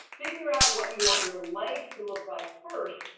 figure out what you want your life to look like first.